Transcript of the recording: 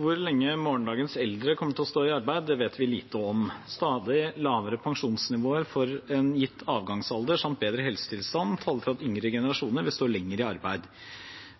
Hvor lenge morgendagens eldre kommer til å stå i arbeid, vet vi lite om. Stadig lavere pensjonsnivåer for en gitt avgangsalder, samt bedre helsetilstand, taler for at yngre generasjoner vil stå lenger i arbeid.